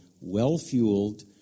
well-fueled